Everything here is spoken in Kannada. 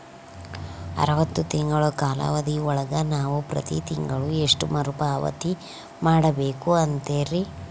ಅರವತ್ತು ತಿಂಗಳ ಕಾಲಾವಧಿ ಒಳಗ ನಾವು ಪ್ರತಿ ತಿಂಗಳು ಎಷ್ಟು ಮರುಪಾವತಿ ಮಾಡಬೇಕು ಅಂತೇರಿ?